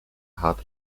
hard